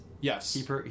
Yes